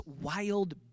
wild